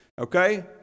okay